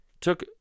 took